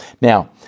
Now